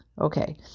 Okay